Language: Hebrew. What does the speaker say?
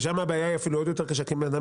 ושם הבעיה היא אפילו עוד יותר קשה כי אם אדם